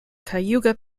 cayuga